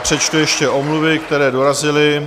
Přečtu ještě omluvy, které dorazily.